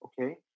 okay